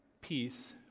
Peace